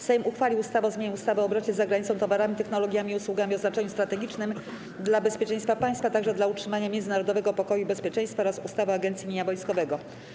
Sejm uchwalił ustawę o zmianie ustawy o obrocie z zagranicą towarami, technologiami i usługami o znaczeniu strategicznym dla bezpieczeństwa państwa, a także dla utrzymania międzynarodowego pokoju i bezpieczeństwa oraz ustawy o Agencji Mienia Wojskowego.